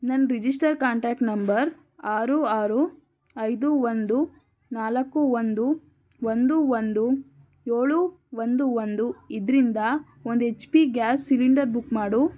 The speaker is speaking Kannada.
ನನ್ನ ರಿಜಿಸ್ಟರ್ಡ್ ಕಾಂಟ್ಯಾಕ್ಟ್ ನಂಬರ್ ಆರು ಆರು ಐದು ಒಂದು ನಾಲ್ಕು ಒಂದು ಒಂದು ಒಂದು ಏಳು ಒಂದು ಒಂದು ಇದರಿಂದ ಒಂದು H P gas cylinder book ಮಾಡು